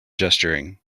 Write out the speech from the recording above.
gesturing